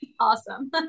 Awesome